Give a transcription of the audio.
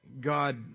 God